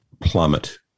plummet